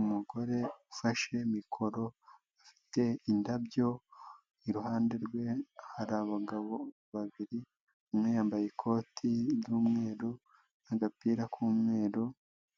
Umugore ufashe mikoro, ufite indabyo, iruhande rwe hari abagabo babiri, umwe yambaye ikoti ry'umweru n'agapira k'umweru